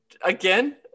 again